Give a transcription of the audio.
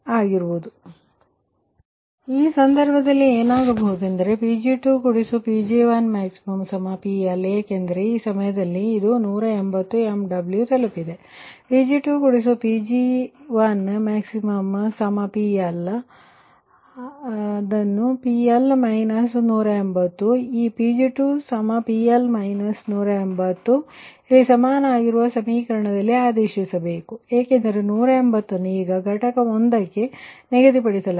ಆದ್ದರಿಂದ ಈ ಸಂದರ್ಭದಲ್ಲಿ ಏನಾಗಬಹುದೆಂದರೆ Pg2Pg1maxPL ಏಕೆಂದರೆ ಆ ಸಮಯದಲ್ಲಿ ಇದು 180 MW ತಲುಪಿದೆ ಆದ್ದರಿಂದ Pg2Pg1maxPLಆದ್ದರಿಂದ Pg2PL Pg1maxPL 180ಈ Pg2PL 180 ನೀವು ಇಲ್ಲಿ ಸಮನಾಗಿರುವ ಸಮೀಕರಣದಲ್ಲಿ ಆದೇಶಿಸಿಸಬೇಕು ಏಕೆಂದರೆ 180 ಅನ್ನು ಈಗ ಘಟಕ ಒಂದಕ್ಕೆ ನಿಗದಿಪಡಿಸಲಾಗಿದೆ